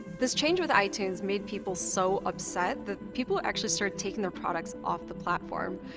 this change with itunes made people so upset that people actually start taking the products off the platform.